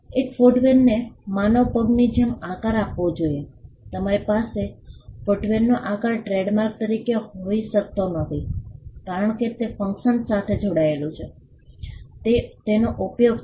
એક ફૂટવેરને માનવ પગની જેમ આકાર આપવો જોઈએ તમારી પાસે ફુટવેરનો આકાર ટ્રેડમાર્ક તરીકે હોઈ શકતો નથી કારણ કે તે ફંક્શન સાથે જોડાયેલું છે તે તેનો ઉપયોગ છે